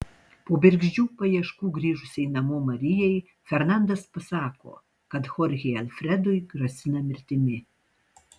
po bergždžių paieškų grįžusiai namo marijai fernandas pasako kad chorchei alfredui grasina mirtimi